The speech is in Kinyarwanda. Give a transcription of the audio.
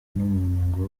n’umuntu